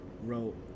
wrote